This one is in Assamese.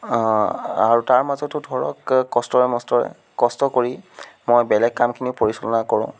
আৰু তাৰ মাজতো ধৰক কষ্টৰে মষ্টৰে কষ্ট কৰি মই বেলেগ কামখিনিও পৰিচালনা কৰোঁ